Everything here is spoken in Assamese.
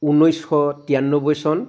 ঊনৈছশ তিৰান্নব্বৈ চন